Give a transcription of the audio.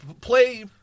Play